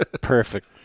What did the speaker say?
perfect